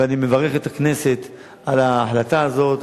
ואני מברך את הכנסת על ההחלטה הזאת,